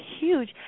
huge